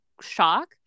shock